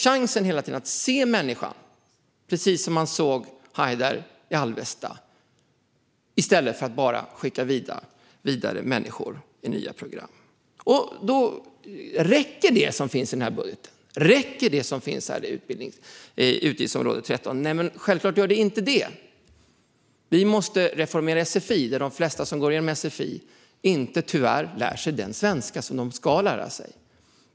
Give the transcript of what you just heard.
Hela tiden ser man människan, precis som man såg Haider i Alvesta, i stället för att bara skicka människor vidare i nya program. Räcker det som finns i utgiftsområde 13 i denna budget? Självklart gör det inte det. Vi måste reformera sfi, där de flesta tyvärr inte lär sig den svenska som de ska lära sig.